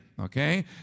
Okay